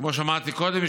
כמו שאמרתי קודם,